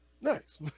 nice